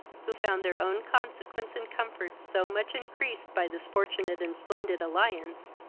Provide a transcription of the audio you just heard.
who found their own consequence and comforts so much increased by this fortunate and splendid alliance,